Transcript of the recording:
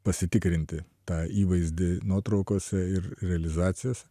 pasitikrinti tą įvaizdį nuotraukose ir realizacijos